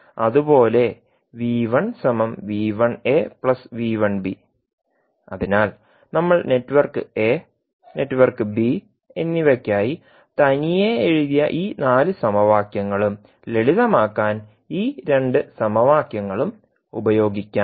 അതുപോലെ അതിനാൽ നമ്മൾ നെറ്റ്വർക്ക് എ നെറ്റ്വർക്ക് ബി എന്നിവയ്ക്കായി തനിയെ എഴുതിയ ഈ നാല് സമവാക്യങ്ങളും ലളിതമാക്കാൻ ഈ രണ്ട് സമവാക്യങ്ങളും ഉപയോഗിക്കാം